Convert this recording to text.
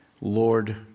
Lord